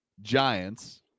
Giants